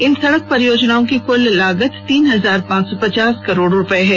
इन सड़क परियोजनाओं की कुल लागत तीन हजार पांच सौ पचास करोड़ रुपए है